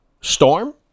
storm